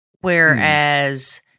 Whereas